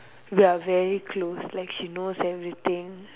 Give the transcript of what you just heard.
we're very close like she knows everything